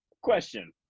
question